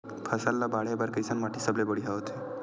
फसल ला बाढ़े बर कैसन माटी सबले बढ़िया होथे?